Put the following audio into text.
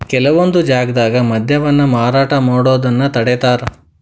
ಕೆಲವೊಂದ್ ಜಾಗ್ದಾಗ ಮದ್ಯವನ್ನ ಮಾರಾಟ ಮಾಡೋದನ್ನ ತಡೇತಾರ